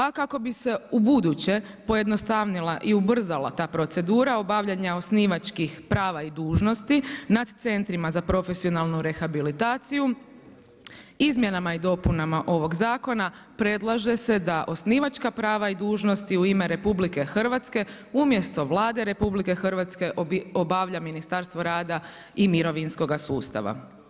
A kako bi se ubuduće pojednostavnila i ubrzala ta procedura obavljanja osnivačkih prava i dužnosti nad centrima za profesionalnu rehabilitaciju izmjenama i dopunama ovog zakona predlaže se da osnivačka prava i dužnosti u ime RH umjesto Vlade RH obavlja Ministarstvo rada i mirovinskog sustava.